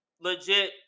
legit